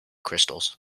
crystals